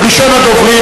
ראשון הדוברים,